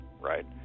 right